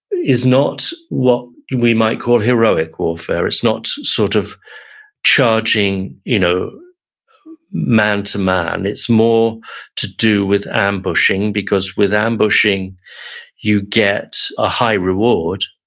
is not what we might call heroic warfare, it's not sort of charging you know man to man, it's more to do with ambushing because with ambushing you get a high reward